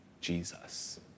Jesus